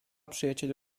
przyjacielu